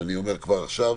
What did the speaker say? אז אני אומר כבר עכשיו: